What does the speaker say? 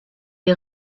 est